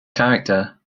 character